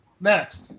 Next